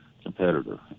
Competitor